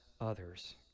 others